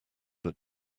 that